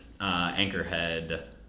Anchorhead